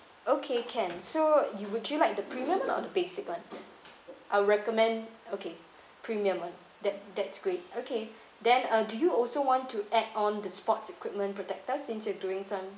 okay can so you would you like the premium one or the basic one I'll recommend okay premium one that that's great okay then uh do you also want to add on the sports equipment protector since you're doing some